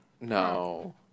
No